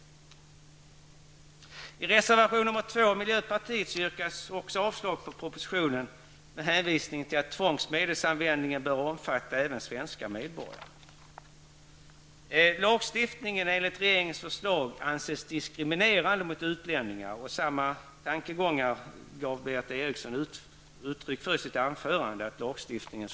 Även i reservation nr 2 av miljöpartiet yrkas det avslag på propositionen, detta med hänvisning till att tvångsmedelsanvändningen bör omfatta även svenska medborgare. Lagstiftningen enligt regeringens förslag anses diskriminerande mot utlänningar, tankegångar som även Berith Eriksson gav uttryck för i sitt anförande.